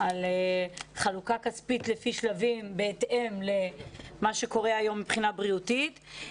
על חלוקה כספית לפי שלבים בהתאם למה שקורה מבחינה בריאותית.